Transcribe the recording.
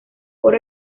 por